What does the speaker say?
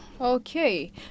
Okay